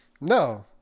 No